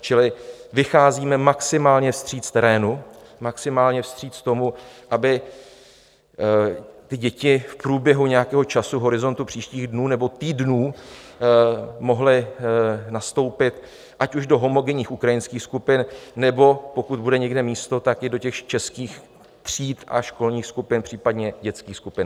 Čili vycházíme maximálně vstříc terénu, maximálně vstříc tomu, aby děti v průběhu nějakého času, v horizontu příštích dnů nebo týdnů, mohly nastoupit ať už do homogenních ukrajinských skupin, nebo pokud bude někde místo, tak i do těch českých tříd a školních skupin, případně dětských skupin.